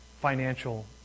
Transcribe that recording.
financial